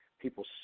people